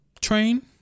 train